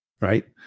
right